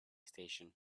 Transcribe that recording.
station